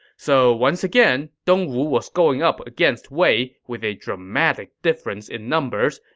so once again, dongwu was going up against wei with a dramatic difference in numbers,